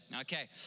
okay